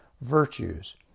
virtues